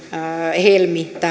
helmi